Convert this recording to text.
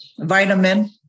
vitamin